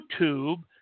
YouTube